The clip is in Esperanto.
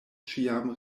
ĉiam